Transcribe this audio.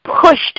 pushed